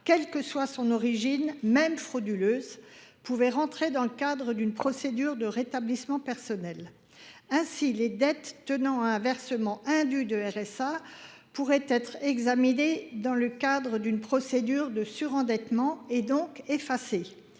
quelle que soit leur origine, même frauduleuse, pouvaient entrer dans le cadre d’une procédure de rétablissement personnel. Ainsi, les dettes tenant à un versement indu de RSA pourraient être examinées dans le cadre d’une procédure de surendettement, donc effacées.